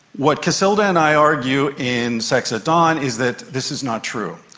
what cacilda and i argue in sex at dawn is that this is not true,